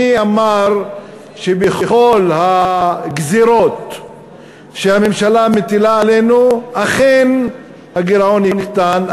מי אמר שבכל הגזירות שהממשלה מטילה עלינו אכן הגירעון יקטן,